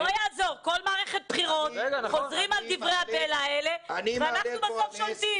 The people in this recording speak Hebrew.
כל מערכת בחירות חוזרים על דברי הבלע האלה ואנחנו בסוף שולטים.